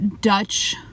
Dutch